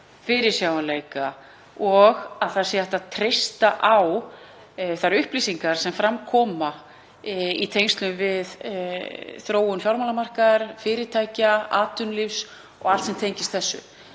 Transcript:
fyrirsjáanleika og að hægt sé að treysta á þær upplýsingar sem fram koma í tengslum við þróun fjármálamarkaðar, fyrirtækja, atvinnulífs og allt sem því tengist.